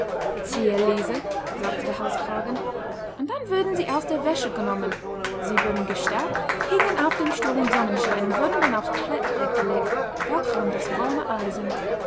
zierliese sagte der halskragen und dann wurden sie aus der wäsche genommen sie wurden gestärkt hingen auf dem stuhl im sonnenschein und wurden dann auf's plättbrett gelegt da kam das warme eisen